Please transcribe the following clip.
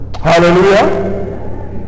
Hallelujah